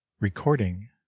recording